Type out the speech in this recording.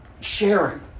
sharing